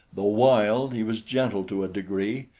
though wild, he was gentle to a degree,